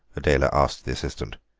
adela asked the assistant.